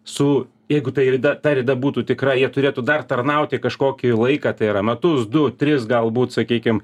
su jeigu tai rida ta rida būtų tikra jie turėtų dar tarnauti kažkokį laiką tai yra metus du tris galbūt sakykim